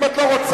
אם את לא רוצה,